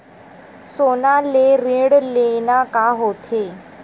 सोना ले ऋण लेना का होथे?